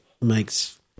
makes